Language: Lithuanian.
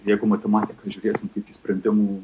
jeigu matematiką žiūrėsime kaip į sprendimų